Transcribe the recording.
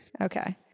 Okay